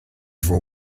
for